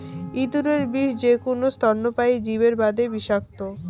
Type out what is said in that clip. এন্দুরের বিষ যেকুনো স্তন্যপায়ী জীবের বাদে বিষাক্ত,